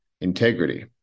integrity